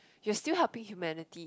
you still helping humanity